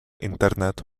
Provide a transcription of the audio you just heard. internet